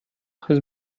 has